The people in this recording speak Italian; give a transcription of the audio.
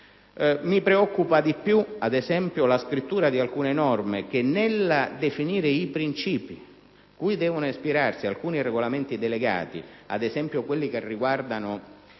Mi preoccupa di più, ad esempio, la formulazione di alcune norme che, nel definire i principi cui devono ispirarsi alcuni regolamenti delegati (ad esempio, quelli che riguardano